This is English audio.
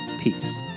Peace